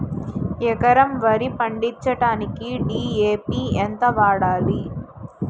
ఎకరం వరి పండించటానికి డి.ఎ.పి ఎంత వాడాలి?